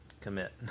commit